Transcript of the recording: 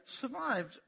survived